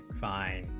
five